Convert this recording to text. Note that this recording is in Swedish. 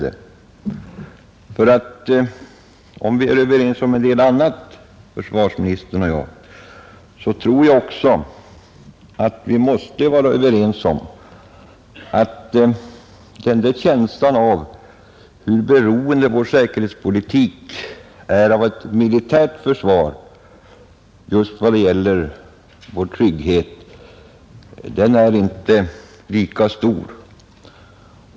Ty är försvarsministern och jag överens om en del annat, så tror jag att vi också måste vara överens om att känslan av hur beroende vår säkerhetspolitik är av ett militärt försvar, just i vad gäller vårt lands trygghet, inte är lika stor.